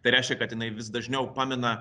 tai reiškia kad jinai vis dažniau pamina